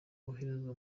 kohereza